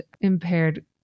impaired